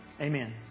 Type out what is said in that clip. Amen